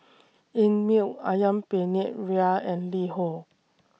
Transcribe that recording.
Einmilk Ayam Penyet Ria and LiHo